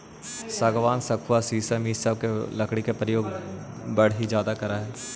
सागवान, सखुआ शीशम इ सब के लकड़ी के प्रयोग बढ़ई ज्यादा करऽ हई